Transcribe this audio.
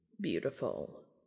Beautiful